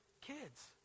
kids